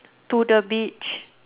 to the beach